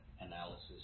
analysis